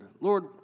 Lord